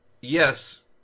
yes